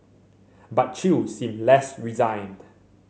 but Chew seemed less resigned